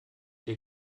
der